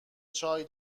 چایی